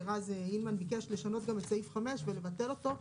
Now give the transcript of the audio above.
רז הילמן ביקש לשנות גם את סעיף 5 ולבטל אותו.